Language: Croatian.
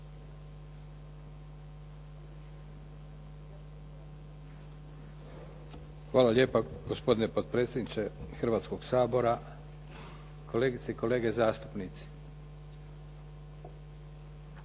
Hvala lijepa gospodine potpredsjedniče Hrvatskoga sabora, kolegice i kolege zastupnici.